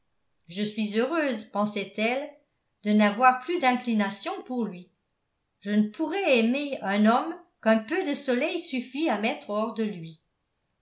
je suis heureuse pensait-elle de n'avoir plus d'inclination pour lui je ne pourrais aimer un homme qu'un peu de soleil suffit à mettre hors de lui